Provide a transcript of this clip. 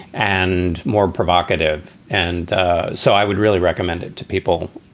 and more provocative. and so i would really recommend it to people.